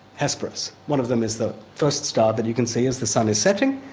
hesperus. one of them is the first start but you can see as the sun is setting,